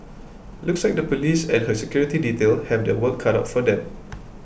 looks like the Police and her security detail have their work cut out for them